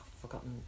forgotten